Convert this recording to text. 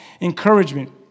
encouragement